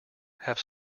have